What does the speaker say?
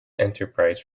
enterprise